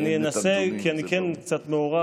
אני אנסה, כי אני כן קצת מעורב.